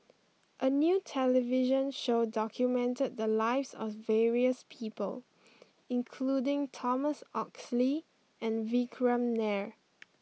a new television show documented the lives of various people including Thomas Oxley and Vikram Nair